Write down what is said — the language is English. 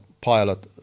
pilot